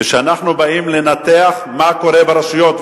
כשאנחנו באים לנתח מה קורה ברשויות,